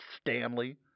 Stanley